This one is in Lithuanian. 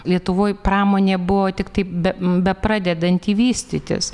lietuvoj pramonė buvo tiktai be bepradedanti vystytis